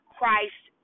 Christ